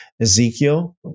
Ezekiel